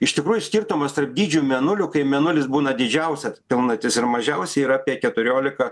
iš tikrųjų skirtumas tarp dydžių mėnulių kai mėnulis būna didžiausias pilnatis ir mažiausia yra apie keturiolika